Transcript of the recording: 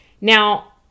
Now